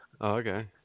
Okay